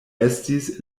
estis